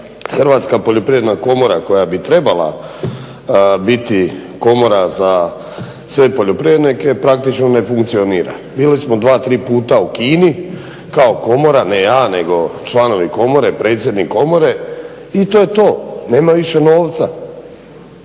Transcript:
Hrvatska poljoprivredna komora koja bi trebala biti komora za sve poljoprivrednike praktično ne funkcionira. Bili smo dva, tri puta u Kini kao komora, ne ja nego članovi komore, predsjednik komore i to je to. Nema više novca.